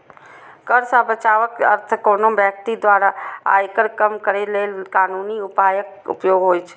कर सं बचावक अर्थ कोनो व्यक्ति द्वारा आयकर कम करै लेल कानूनी उपायक उपयोग होइ छै